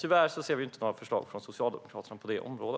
Tyvärr ser vi inga förslag från Socialdemokraterna på detta område.